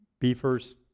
beefers